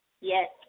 Yes